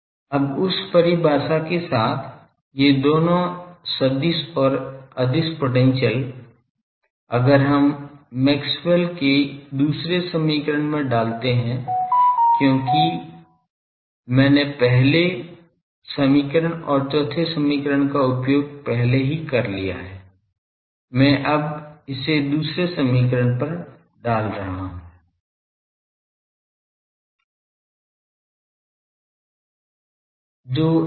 अब उस परिभाषा के साथ ये दोनों सदिश और अदिश पोटेंशियल अगर हम मैक्सवेल के दूसरे समीकरण में डालते हैं क्योंकि मैंने पहले समीकरण और चौथे समीकरण का उपयोग पहले ही कर लिया है मैं अब इसे दूसरे समीकरण पर डाल रहा हूं